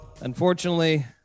Unfortunately